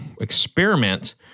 experiment